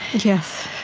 yes.